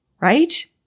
right